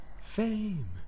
Fame